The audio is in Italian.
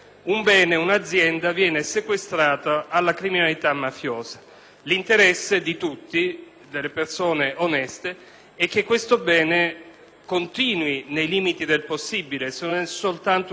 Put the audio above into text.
Questo spiega perché, durante la fase del sequestro, i crediti erariali vengono sospesi, ed è giusto che sia così, perché il sequestro potrebbe non portare alla confisca: in tal caso, l'erario riprenderebbe